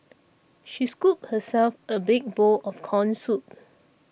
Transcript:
she scooped herself a big bowl of Corn Soup